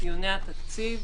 דיוני התקציב.